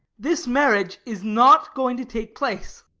this marriage is not going to take place.